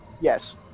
yes